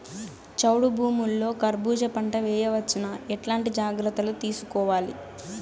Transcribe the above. చౌడు భూముల్లో కర్బూజ పంట వేయవచ్చు నా? ఎట్లాంటి జాగ్రత్తలు తీసుకోవాలి?